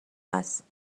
است